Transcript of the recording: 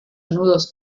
nudos